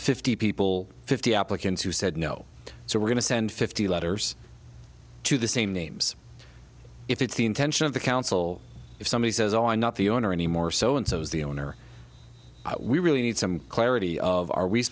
fifty people fifty applicants who said no so we're going to send fifty letters to the same names if it's the intention of the council if somebody says oh i'm not the owner anymore so and so is the owner we really need some clarity of are we